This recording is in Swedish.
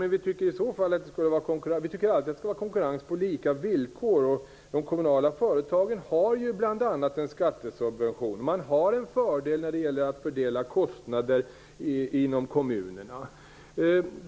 Men vi tycker att det alltid skall vara konkurrens på lika villkor. De kommunala företagen har bl.a. en skattesubvention, och de har en fördel när det gäller fördelningen av kostnader inom kommunerna.